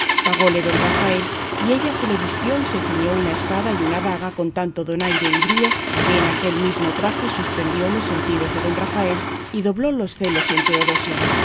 leocadia pagóle don rafael y ella se le vistió y se ciñó una espada y una daga con tanto donaire y brío que en aquel mismo traje suspendió los sentidos de don rafael y dobló los celos en teodosia